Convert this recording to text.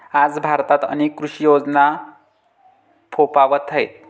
आज भारतात अनेक कृषी योजना फोफावत आहेत